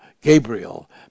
Gabriel